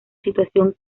situación